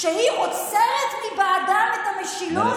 שהיא עוצרת בעדם את המשילות.